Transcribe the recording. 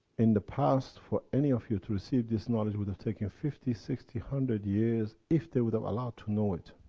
in the past, for any of you to receive this knowledge, would have taken fifty, sixty, one hundred years. if they would allow to know it,